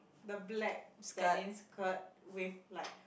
the black denim skirt with like